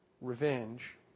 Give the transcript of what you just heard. revenge